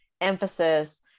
emphasis